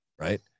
Right